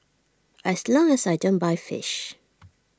as long as I don't buy fish